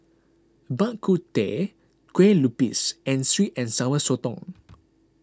Bak Kut Teh Kue Lupis and Sweet and Sour Sotong